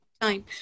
time